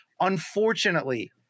unfortunately